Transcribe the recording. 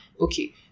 okay